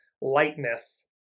lightness